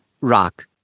Rock